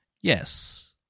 Yes